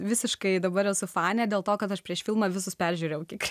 visiškai dabar esu fane dėl to kad aš prieš filmą visus peržiūrėjau kiek